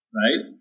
right